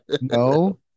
no